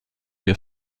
wir